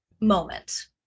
moment